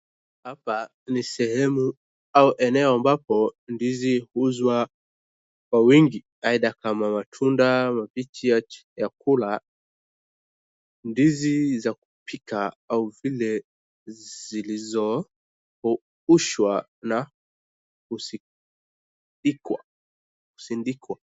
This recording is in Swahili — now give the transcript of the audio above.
Hapa ni sehemu au ni eneo ambapo ndizi huuzwa kwa wingi. Aidha kama matunda mambichi ya kula, ndizi za kupika au vile zilizokaushwa na kusindikwa.